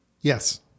Yes